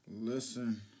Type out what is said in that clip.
Listen